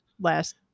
last